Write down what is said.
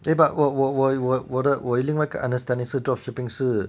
eh but 我我我我我的我另外一个 understanding 是 drop shipping 是